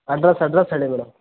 address address ಹೇಳಿ madam